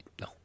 No